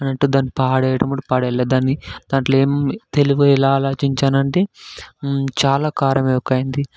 అని అన్నట్టు దాన్ని పడేయడం కూడా పడేయలేదు దాంట్లో ఏం తెలివిగా ఎలా ఆలోచించానంటే చాలా కారం ఎక్కువైంది